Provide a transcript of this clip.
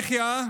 יחיא,